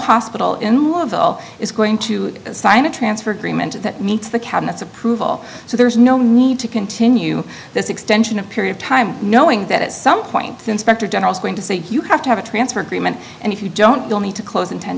hospital in lieu of all is going to sign a transfer agreement that meets the cabinets approval so there's no need to continue this extension of period time knowing that at some point since specter generals going to say you have to have a transfer agreement and if you don't you'll need to close in ten